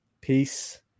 Peace